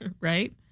right